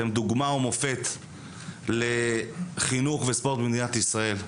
אתם דוגמה ומופת לחינוך וספורט במדינת ישראל.